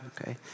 Okay